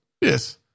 Yes